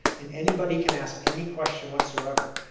and anybody can ask any question whatsoever.